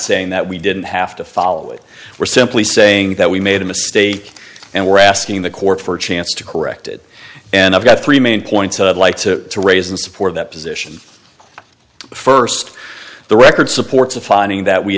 saying that we didn't have to follow it we're simply saying that we made a mistake and we're asking the court for a chance to correct it and i've got three main points i'd like to raise and support that position first the record supports a finding that we